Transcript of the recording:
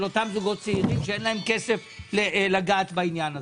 אותם זוגות צעירים שאין להם כסף לגעת בעניין הזה.